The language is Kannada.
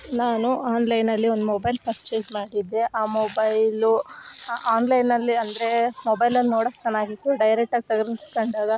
ನಾನು ಆನ್ಲೈನಲ್ಲಿ ಒಂದು ಮೊಬೈಲ್ ಪರ್ಚೆಸ್ ಮಾಡಿದ್ದೆ ಆ ಮೊಬೈಲು ಆನ್ಲೈನಲ್ಲಿ ಅಂದರೆ ಮೊಬೈಲಲ್ಲಿ ನೋಡೊಕ್ ಚೆನ್ನಾಗಿತ್ತು ಡೈರೆಕ್ಟ್ ಆಗಿ ತೆಗ್ದು ಕೊಂಡಾಗ